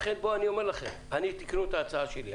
לכן תקראו את ההצעה שלי.